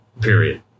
Period